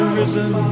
risen